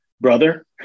brother